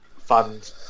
fund